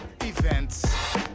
events